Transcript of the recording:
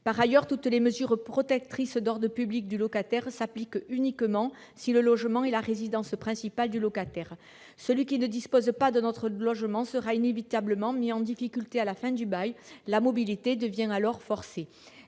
Par ailleurs, toutes les mesures protectrices d'ordre public du locataire s'appliquent uniquement si le logement est la résidence principale du locataire. Celui qui ne dispose pas d'un autre logement sera inévitablement mis en difficulté à la fin du bail ; la mobilité devient alors forcée.